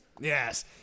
Yes